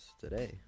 today